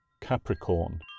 Capricorn